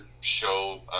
show